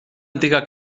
antiga